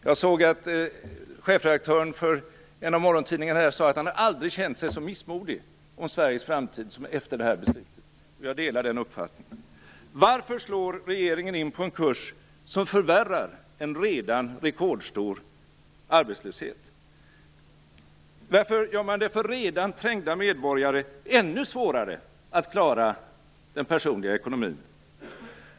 Jag såg att chefredaktören för en av morgontidningarna sade att han aldrig har känt sig så missmodig om Sveriges framtid som efter detta beslut, och jag delar den uppfattningen. Varför slår regeringen in på en kurs som förvärrar en redan rekordstor arbetslöshet? Varför gör man det för redan trängda medborgare ännu svårare att klara den personliga ekonomin?